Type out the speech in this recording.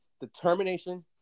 determination